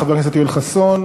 חבר הכנסת יואל חסון,